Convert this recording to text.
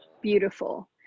Beautiful